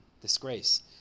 disgrace